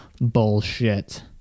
bullshit